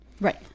right